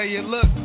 Look